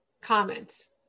comments